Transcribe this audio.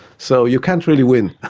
so you can't really win!